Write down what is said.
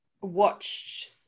watched